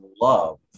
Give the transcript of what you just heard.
love